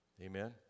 Amen